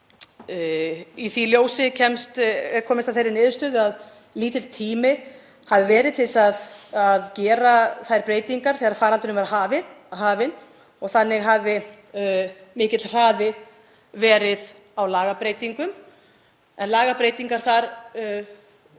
Í því ljósi er komist að þeirri niðurstöðu að lítill tími hafi verið til að gera þær breytingar þegar faraldurinn var hafinn og þannig hafi mikill hraði verið á lagabreytingum. Lagabreytingar í